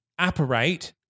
apparate